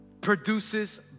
produces